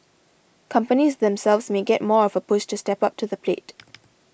companies themselves may get more of a push to step up to the plate